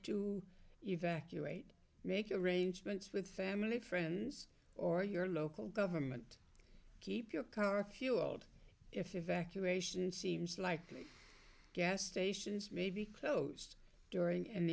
to evacuate make arrangements with family friends or your local government keep your car fueled if evacuation seems likely gas stations may be closed during an